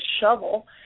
shovel